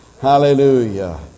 Hallelujah